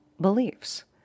beliefs